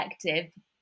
collective